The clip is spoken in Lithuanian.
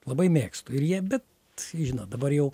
labai mėgstu ir jie bet žinot dabar jau